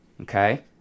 okay